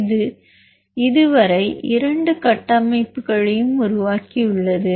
இது இதுவரை இரண்டு கட்டமைப்புகளையும் உருவாக்கியுள்ளது